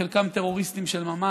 חלקם טרוריסטים של ממש,